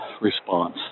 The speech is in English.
response